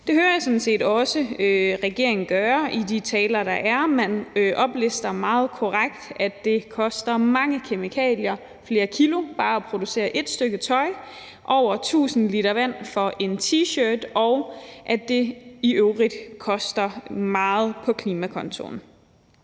jeg sådan set også regeringen gøre i de taler, der er. Man oplister meget korrekt, at det koster mange kemikalier, flere kilo, bare at producere ét stykke tøj, over 1.000 l vand for en T-shirt, og at det i øvrigt koster meget på klimakontoen.